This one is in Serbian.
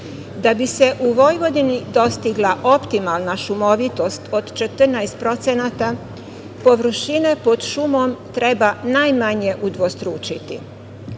Da bi se u Vojvodini dostigla optimalna šumovitost od 14%, površine pod šumom treba najmanje udvostručiti. Veliki